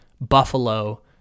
Buffalo